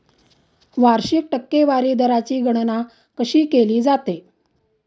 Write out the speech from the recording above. वार्षिक टक्केवारी दराची गणना कशी केली जाते?